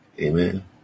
Amen